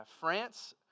France